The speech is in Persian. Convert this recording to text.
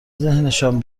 ذهنشان